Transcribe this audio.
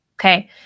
okay